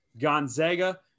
Gonzaga